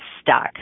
stuck